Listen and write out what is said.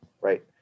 Right